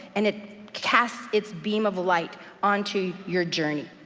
and it casts it's beam of light onto your journey.